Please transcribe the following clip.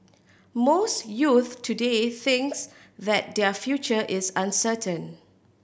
most youths today thinks that their future is uncertain